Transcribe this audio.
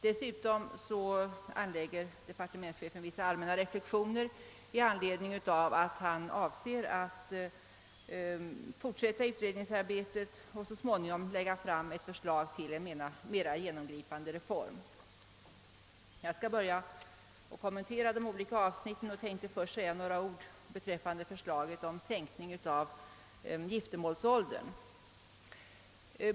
Dessutom gör departementschefen vissa allmänna reflexioner i anledning av att han avser att fortsätta utredningsarbetet och så småningom lägga fram förslag till en mera genomgripande reform. Jag skall börja med att kommentera de olika avsnitten och tänker först säga några ord rörande förslaget om sänkning av giftermålsåldern.